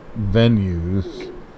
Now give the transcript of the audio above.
venues